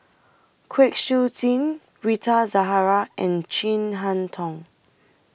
Kwek Siew Jin Rita Zahara and Chin Harn Tong